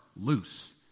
loose